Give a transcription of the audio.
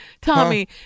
Tommy